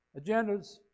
agendas